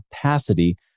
capacity